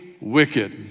wicked